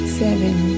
seven